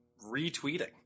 retweeting